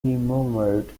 murmured